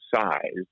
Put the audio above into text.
size